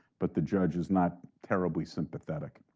but the judge is not terribly sympathetic.